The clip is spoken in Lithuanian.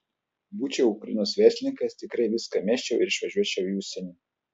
būčiau ukrainos verslininkas tikrai viską mesčiau ir išvažiuočiau į užsienį